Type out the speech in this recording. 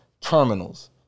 terminals